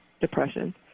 depression